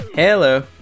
Hello